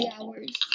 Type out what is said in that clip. hours